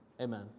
amen